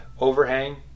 overhang